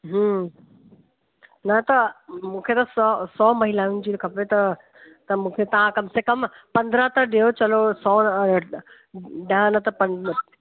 न त मूंखे त सौ सौ महिलाउनि जी खपे त त मूंखे तां कम से कम पंद्रहं त ॾियो चलो सौ ॾह न त पंद